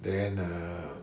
then err